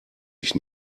ich